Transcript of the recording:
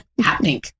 happening